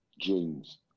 jeans